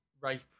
rape